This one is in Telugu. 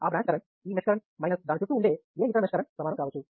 ఆ బ్రాంచ్ కరెంట్ ఈ మెష్ కరెంట్ మైనస్ దాని చుట్టూ ఉండే ఏ ఇతర మెష్ కరెంట్ సమానం కావచ్చు